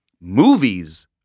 Movies